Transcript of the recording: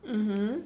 mmhmm